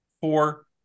four